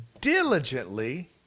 diligently